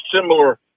similar